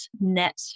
net